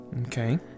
Okay